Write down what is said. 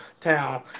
town